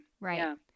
Right